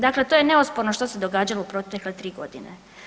Dakle, to je neosporno što se događalo u protekle tri godine.